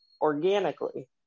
organically